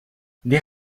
des